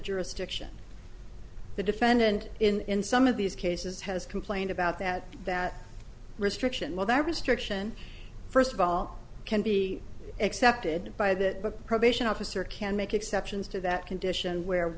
jurisdiction the defendant in some of these cases has complained about that that restriction well that restriction first of all can be accepted by that the probation officer can make exceptions to that condition where